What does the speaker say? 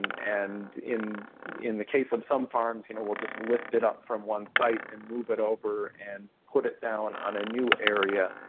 and in in the case of some farms, you know we'll just lift it up from one site and move it over and put it down on a new area,